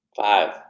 Five